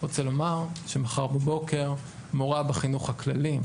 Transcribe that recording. רוצה לומר שמחר בבוקר מורה בחינוך הכללי עם